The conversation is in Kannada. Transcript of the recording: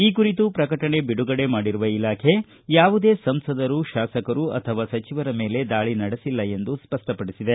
ಈ ಕುರಿತು ಪ್ರಕಟಣೆ ಬಿಡುಗಡೆ ಮಾಡಿರುವ ಇಲಾಖೆ ಯಾವುದೇ ಸಂಸದರು ಶಾಸಕರು ಅಥವಾ ಸಚಿವರ ಮೇಲೆ ದಾಳಿ ನಡೆಸಿಲ್ಲ ಎಂದು ಸ್ಪಷ್ಟಪಡಿಸಿದೆ